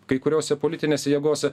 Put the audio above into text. kai kuriose politinėse jėgose